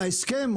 וההסכם,